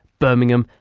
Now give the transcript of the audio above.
birmingham,